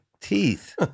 teeth